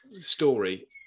story